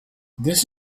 this